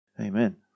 amen